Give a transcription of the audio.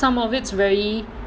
some of it's very